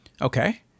Okay